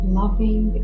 loving